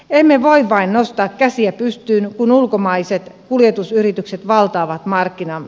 emme voi vain nostaa käsiä pystyyn kun ulkomaiset kuljetusyritykset valtaavat markkinamme